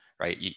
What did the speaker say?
right